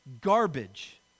garbage